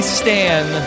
stand